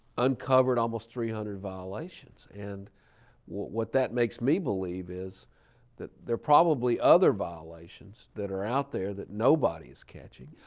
uncovered almost three hundred violations. and what that makes me believe is that there are probably other violations that are out there that nobody is catching.